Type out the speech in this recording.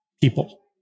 People